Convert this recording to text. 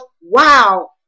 wow